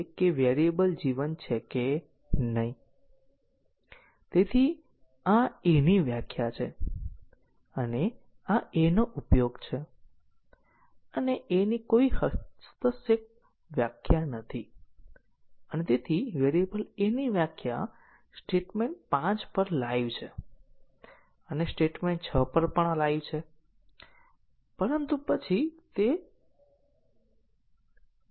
તેથી ત્યાં કેટલા બાઉન્ડેડ વિસ્તારો છે ચાલો આપણે જોઈએ કે અહીં એક સીમાવાળો વિસ્તાર છે અને અહીં બીજો સીમાવાળો વિસ્તાર છે